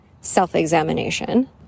self-examination